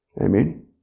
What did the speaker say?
Amen